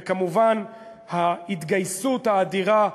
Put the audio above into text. וכמובן, ההתגייסות האדירה,